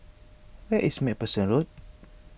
where is MacPherson Road